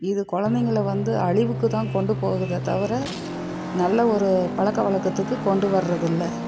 இது குழந்தைங்கள வந்து அழிவுக்கு தான் கொண்டு போகுதே தவிர நல்ல ஒரு பழக்க வழக்கத்துக்கு கொண்டு வர்றது இல்லை